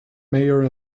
mayor